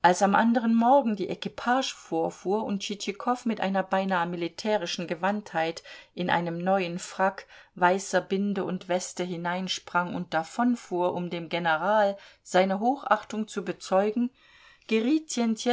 als am anderen morgen die equipage vorfuhr und tschitschikow mit einer beinahe militärischen gewandtheit in einem neuen frack weißer binde und weste hineinsprang und davonfuhr um dem general seine hochachtung zu bezeugen geriet